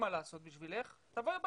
תבואי הביתה.